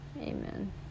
Amen